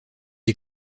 est